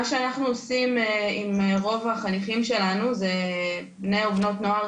מה שאנחנו עושים עם רוב החניכים שלנו זה בני ובנות נוער